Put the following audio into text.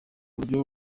buryo